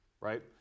right